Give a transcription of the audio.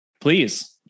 please